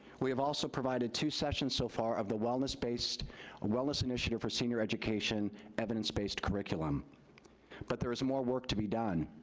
we have also provided two sessions so far of the wellness-based wellness initiative for senior education evidence-based curriculum but there is more work to be done.